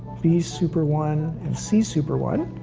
b super one, and c super one.